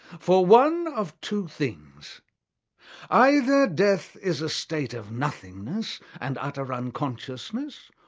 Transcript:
for one of two things either death is a state of nothingness and utter unconsciousness,